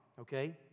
Okay